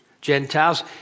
Gentiles